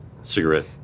cigarette